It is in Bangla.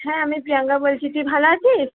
হ্যাঁ আমি প্রিয়াঙ্কা বলছি তুই ভালো আছিস